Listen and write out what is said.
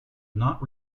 not